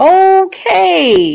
okay